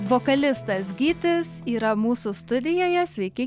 vokalistas gytis yra mūsų studijoje sveiki